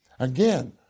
Again